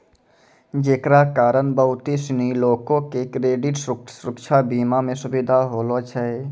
जेकरा कारण बहुते सिनी लोको के क्रेडिट सुरक्षा बीमा मे सुविधा होलो छै